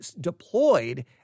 deployed